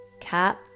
cap